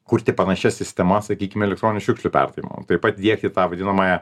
kurti panašias sistemas sakykim elektroninių šiukšlių perdavimo taip pat įdiegti tą vadinamąją